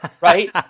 right